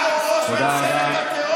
אתה הוא ראש ממשלת הטרור,